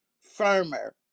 firmer